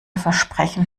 versprechen